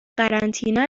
قرنطینه